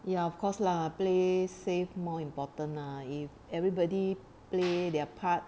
ya of course lah play safe more important lah if everybody play their part